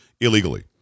illegally